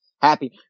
happy